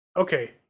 okay